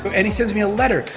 but and he sends me a letter.